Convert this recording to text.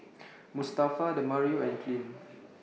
Mustafa Demario and Clint